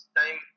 time